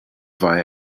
via